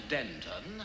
Denton